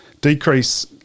decrease